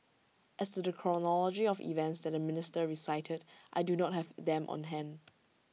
as to the chronology of events that the minister recited I do not have them on hand